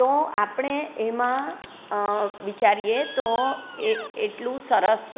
તો આપણે એમાં વિચારીએ તો એ એટલું સરસ